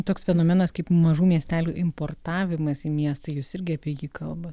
toks fenomenas kaip mažų miestelių importavimas į miestą jūs irgi apie jį kalbat